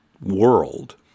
world